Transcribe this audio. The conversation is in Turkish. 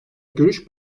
görüş